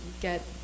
get